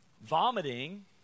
Vomiting